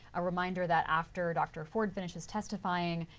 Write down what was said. ah reminder that after dr. ford finishes testifying,